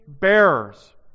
bearers